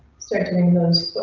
start doing those